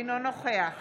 אינו נוכח